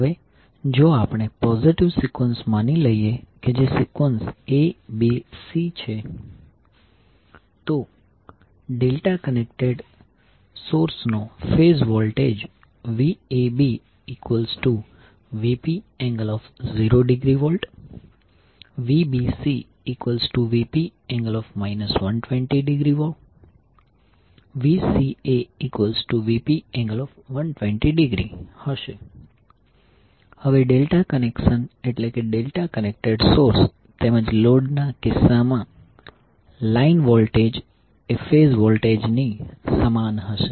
હવે જો આપણે પોઝીટીવ સિકવન્સ માની લઈએ કે જે સિકવન્સ A B C છે તો ડેલ્ટા કનેક્ટેડ સોર્સનો phase voltage VabVp∠0° VbcVp∠ 120° VcaVp∠120° હશે હવે ડેલ્ટા કનેક્શન એટલે કે ડેલ્ટા કનેક્ટેડ સોર્સ તેમજ લોડના કિસ્સામાં લાઈન વોલ્ટેજ એ ફેઝ વોલ્ટેજની સમાન હશે